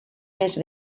més